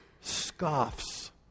scoffs